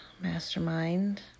Mastermind